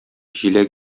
җиләк